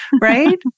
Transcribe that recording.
right